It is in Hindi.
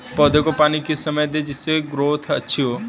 पौधे को पानी किस समय दें जिससे ग्रोथ अच्छी हो?